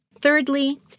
Thirdly